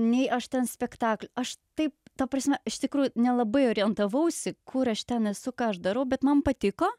nei aš ten spektakl aš taip ta prasme iš tikrųjų nelabai orientavausi kur aš ten esu ką aš darau bet man patiko